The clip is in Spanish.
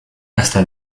hasta